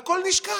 הכול נשכח,